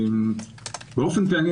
באופן כללי,